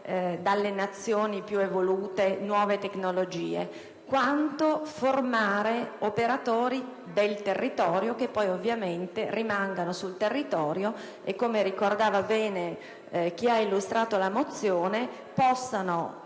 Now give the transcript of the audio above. dalle Nazioni più evolute quanto formare operatori del territorio che poi ovviamente rimangano su di esso e che, come ricordava bene chi ha illustrato la mozione, possano